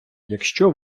якщо